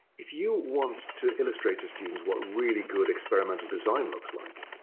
if you want to illustrate to students what really good experimental design looks like,